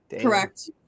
correct